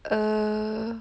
err